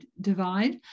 divide